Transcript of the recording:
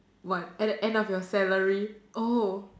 one at the end of your salary oh